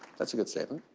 that's a good statement.